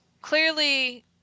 Clearly